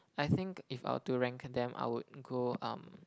I think if I were to rank them I would go um